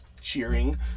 cheering